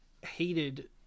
hated